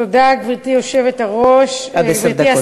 תודה, גברתי היושבת-ראש, עד עשר דקות.